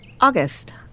August